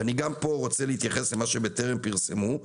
ואני גם פה רוצה להתייחס למה שבטרם פרסמו.